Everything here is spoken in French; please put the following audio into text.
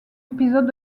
épisode